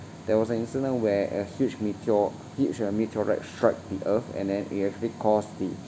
there was an incident where a huge meteor huge uh meteorite strike the earth and then it actually cause the